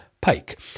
Pike